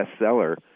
bestseller